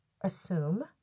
assume